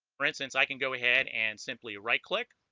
for instance i can go ahead and simply right click